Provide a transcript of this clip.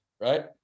Right